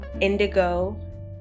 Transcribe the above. indigo